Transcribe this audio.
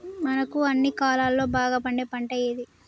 మనకు అన్ని కాలాల్లో బాగా పండే పంట ఏది?